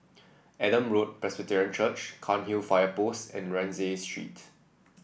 Adam Road Presbyterian Church Cairnhill Fire Post and Rienzi Street